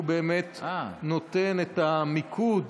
והוא באמת נותן את המיקוד